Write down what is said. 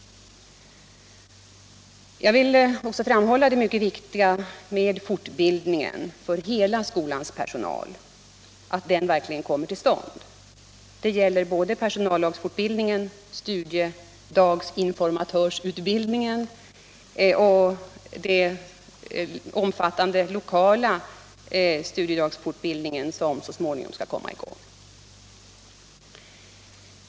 Jag vill också framhålla att det är mycket viktigt att fortbildningen för hela skolans personal verkligen kommer till stånd; det gäller såväl personallagsfortbildningen som studiedagsinformatörsutbildningen och den lokalt anpassade studiedagsfortbildning som så småningom skall komma.